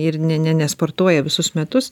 ir ne ne nesportuoja visus metus